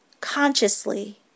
consciously